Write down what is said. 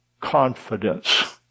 confidence